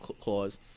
clause